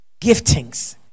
giftings